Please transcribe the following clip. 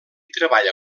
treballa